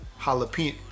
Jalapeno